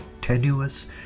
tenuous